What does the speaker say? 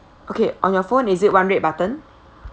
okay on your phone is it one red button